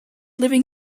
living